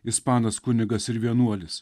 ispanas kunigas ir vienuolis